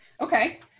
Okay